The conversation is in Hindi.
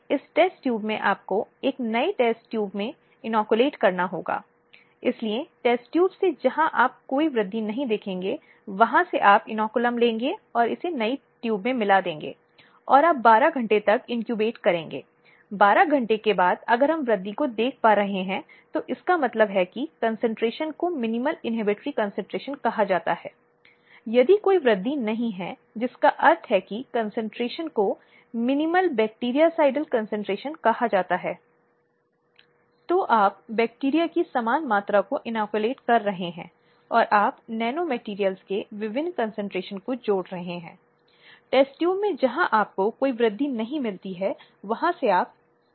इसका महत्व इन शब्दों से न्यायालय द्वारा निर्धारित किया गया है न्यायालय द्वारा स्पष्ट किया गया है इस तथ्य के प्रकाश में महत्व प्राप्त करता है कि यदि कोई एक व्यक्ति उसी अदालत द्वारा दिए गए निर्णयों को देखता है साथ ही उच्च न्यायालय द्वारा साठ के दशक में पचास के दशक में सत्तर के दशक में तो एक गिरी हुई बीमार भावना का पता चलता है जहां तक महिलाओं की बात है